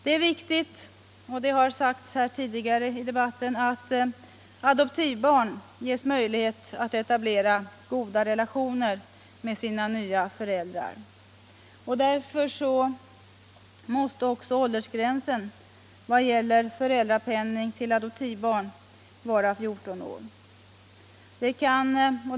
Det är viktigt — och det har sagts tidigare här i debatten — att adoptivbarn ges möjlighet att etablera goda relationer med sina nya föräldrar. Därför måste också åldersgränsen vad gäller föräldrapenning till adoptivbarn vara 14 år.